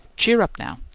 cheer up now!